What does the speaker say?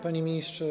Panie Ministrze!